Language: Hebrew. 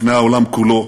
לפני העולם כולו,